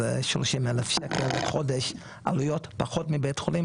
אז זה 30,000 שקלים לחודש עלויות פחות מבית חולים